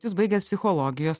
jūs baigęs psichologijos